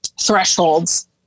thresholds